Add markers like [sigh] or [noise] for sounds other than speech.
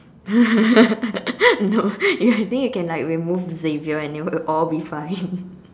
[laughs] no you can think you can like remove Xavier and it will all be fine [laughs]